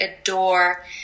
adore